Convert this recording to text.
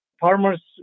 farmers